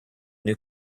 new